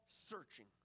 searching